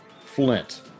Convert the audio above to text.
Flint